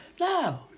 No